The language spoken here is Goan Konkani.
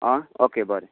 आं ऑके बरें